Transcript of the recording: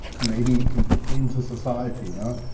maybe even into society, huh,